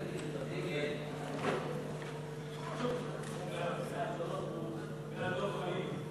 לסעיף 1, של חברי הכנסת דב חנין,